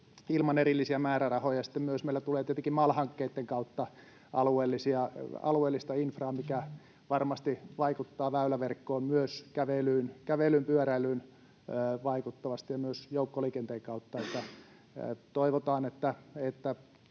ilman erillisiä määrärahoja. Meille tulee tietenkin MAL-hankkeitten kautta alueellista infraa, mikä varmasti vaikuttaa väyläverkkoon, myös kävelyyn ja pyöräilyyn ja myös joukkoliikenteen kautta. Toivotaan, että